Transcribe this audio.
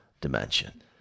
dimension